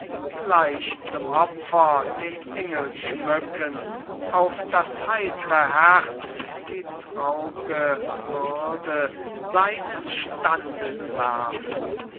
gleich zum opfer den engel schmücken auf das heitre herz die traurge bürde seines standes werfen